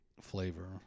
flavor